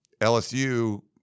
LSU